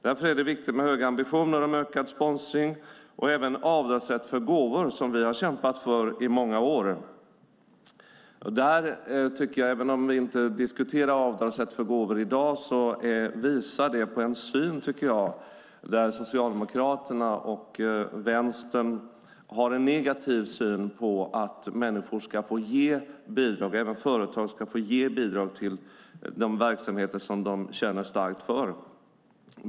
Därför är det viktigt med höga ambitioner för ökad sponsring och även avdragsrätt för gåvor, som vi har kämpat för i många år. Även om vi inte diskuterar avdragsrätt för gåvor i dag visar Socialdemokraterna och Vänstern en negativ syn på att människor och företag ska få ge bidrag till de verksamheter som de känner starkt för.